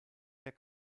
der